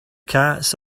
cats